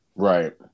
Right